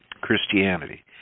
Christianity